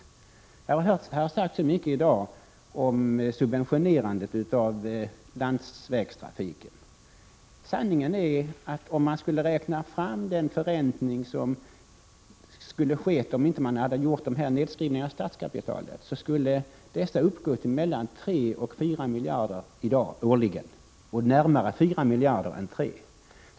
Det har sagts mycket i dag om subventionerandet av landsvägstrafiken. Sanningen är att den förräntning som skulle ha skett om man inte hade gjort nedskrivningen av statskapitalet skulle ha uppgått till mellan 3 och 4 miljarder årligen och varit närmare 4 än 3.